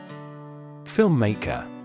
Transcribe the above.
Filmmaker